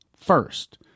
First